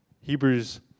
Hebrews